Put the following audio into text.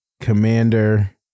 Commander